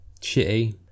shitty